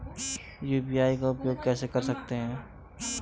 UPI का उपयोग कैसे कर सकते हैं?